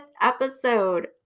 episode